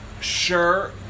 Sure